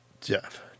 Jeff